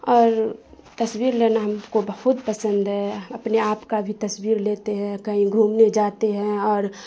اور تصویر لینا ہم کو بہت پسند ہے اپنے آپ کا بھی تصویر لیتے ہیں کہیں گھومنے جاتے ہیں اور